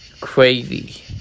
crazy